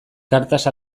cartas